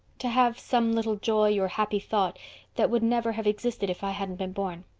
to have some little joy or happy thought that would never have existed if i hadn't been born.